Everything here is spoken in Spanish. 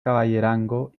caballerango